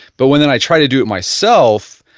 but when i tried to do it myself,